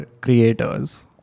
creators